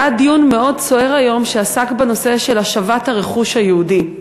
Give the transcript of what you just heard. היה היום דיון מאוד סוער שעסק בנושא של השבת הרכוש היהודי.